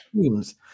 teams